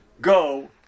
go